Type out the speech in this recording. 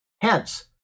Hence